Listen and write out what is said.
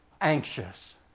anxious